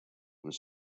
was